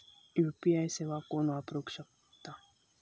UPI सेवा कोण वापरू शकता?